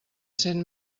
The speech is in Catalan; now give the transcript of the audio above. cent